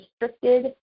restricted